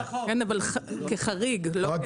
כן, כחריג, לא כנורמה.